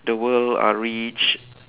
the world are rich